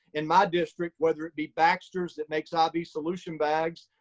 in my district, whether it be baxters that makes avi solution bags,